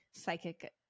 psychic